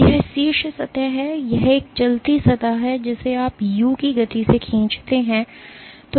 तो यह शीर्ष सतह है यह एक चलती सतह है जिसे आप u की गति से खींचते हैं